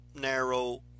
narrow